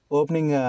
opening